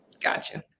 Gotcha